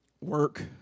work